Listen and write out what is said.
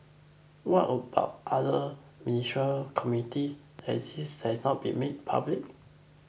what other ministerial committee exist that has not been made public